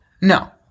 no